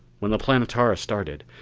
when the planetara started,